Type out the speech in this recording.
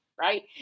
Right